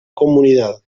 comunidad